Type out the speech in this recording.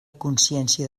consciència